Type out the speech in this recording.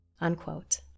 unquote